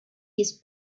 his